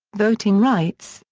voting rights,